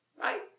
Right